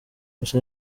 gusa